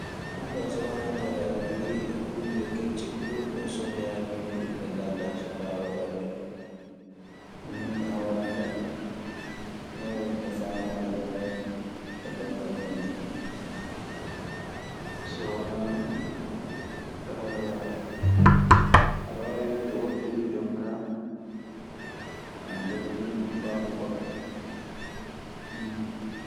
Ɗun kaa so wanaa tawee aɗe jogii kulle kecce kuurɗe e somoyaaji muuɗun ɗe ngaldaa, so mbaawaa waɗde. Min awran kaa, non woni no faamu an yaari e banngal majjun. So wanaa ɗun aɗe waawi wiide woɓɓe duu jonkaa ana njoganii ɗun faamu goɗɗo.